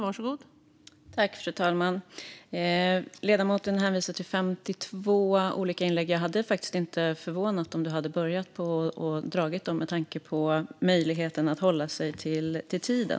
Fru talman! Ledamoten hänvisar till 52 olika punkter. Det hade faktiskt inte förvånat mig om han hade börjat dra dem med tanke på förmågan att hålla sig till talartiden.